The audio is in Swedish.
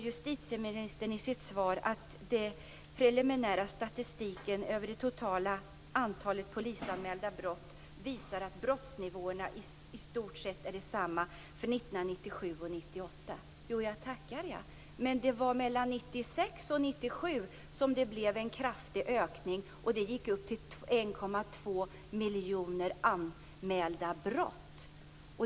Justitieministern säger i sitt svar att den preliminära statistiken över det totala antalet polisanmälda brott visar att brottsnivåerna i stort sett är desamma för 1997 och 1998. Jo, jag tackar! Men det var mellan 1996 och 1997 som det blev en kraftig ökning, och anmälningarna ökade till 1,2 miljoner.